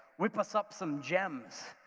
whip us up some gems?